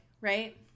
right